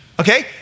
Okay